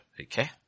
okay